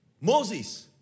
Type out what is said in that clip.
Moses